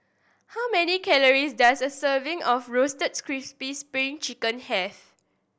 how many calories does a serving of Roasted Crispy Spring Chicken have